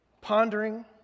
pondering